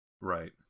Right